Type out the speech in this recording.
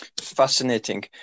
fascinating